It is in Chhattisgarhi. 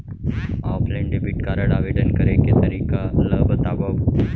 ऑफलाइन डेबिट कारड आवेदन करे के तरीका ल बतावव?